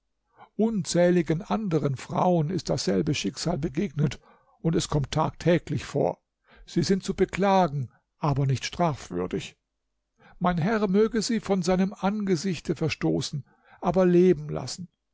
unzähligen anderen frauen ist dasselbe schicksal begegnet und es kommt tagtäglich vor sie sind zu beklagen aber nicht strafwürdig mein herr möge sie von seinem angesichte verstoßen aber leben lassen